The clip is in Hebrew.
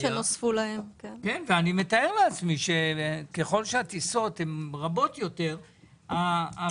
אני מתאר לעצמי שככל שהטיסות רבות יותר כך יש גם